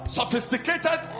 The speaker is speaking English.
sophisticated